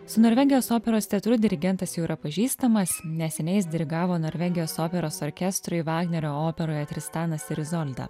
su norvegijos operos teatru dirigentas jau yra pažįstamas neseniai jis dirigavo norvegijos operos orkestrui vagnerio operoje tristanas ir izolda